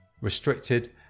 restricted